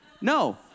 No